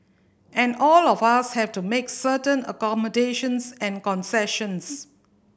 and all of us have to make certain accommodations and concessions